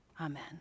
Amen